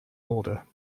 order